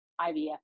IVF